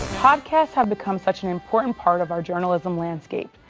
podcasts have become such an important part of our journalism landscape.